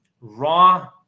raw